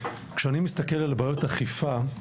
כשאני מסתכל על בעיות אכיפה,